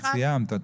את סיימת.